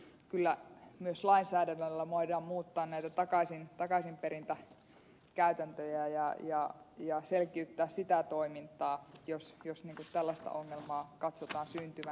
kyllä myös lainsäädännöllä voidaan muuttaa näitä takaisinperintäkäytäntöjä ja selkiyttää sitä toimintaa jos tällaista ongelmaa katsotaan syntyvän